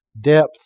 depth